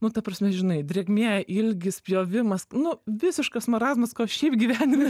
nu ta prasme žinai drėgmė ilgis pjovimas nu visiškas marazmas ko aš šiaip gyvenime